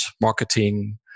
marketing